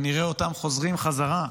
ונראה אותם חוזרים חזרה.